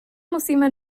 musíme